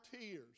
tears